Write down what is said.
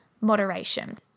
moderation